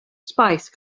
spice